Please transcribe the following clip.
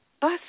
bus